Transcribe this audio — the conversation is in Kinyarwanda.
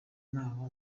ntaho